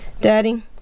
Daddy